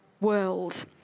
world